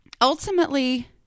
ultimately